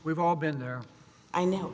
we've all been there i know